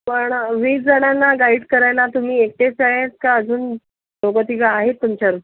पण वीस जणांना गाईड करायला तुम्ही एकटेच आहेत का अजून दोघंतिघं आहेत तुमच्याबर